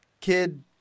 kid